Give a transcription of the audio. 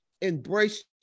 embrace